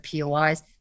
POIs